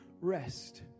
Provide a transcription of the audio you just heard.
rest